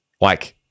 like-